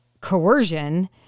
coercion